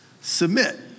Submit